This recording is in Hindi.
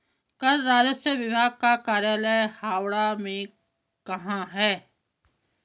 कर राजस्व विभाग का कार्यालय हावड़ा में कहाँ है?